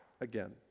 again